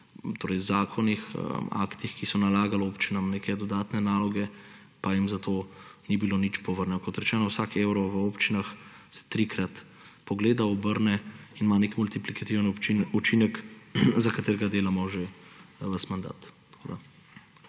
zakonih, aktih, ki so nalagali občinam neke dodatne naloge, pa jim za to ni bilo nič povrnjeno. Kot rečeno, vsak evro v občinah se trikrat pogleda, obrne in ima nek multiplikativen učinek, za katerega delamo že ves mandat.